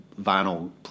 vinyl